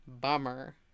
bummer